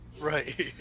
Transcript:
Right